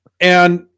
and-